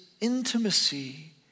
intimacy